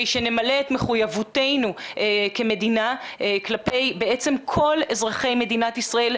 שנמלא את מחויבותנו כמדינה כלפי כל אזרחי מדינת ישראל,